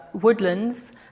woodlands